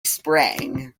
spring